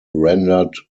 rendered